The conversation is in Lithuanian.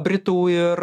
britų ir